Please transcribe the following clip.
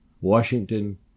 Washington